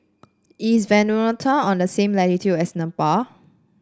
is Vanuatu on the same latitude as Nepal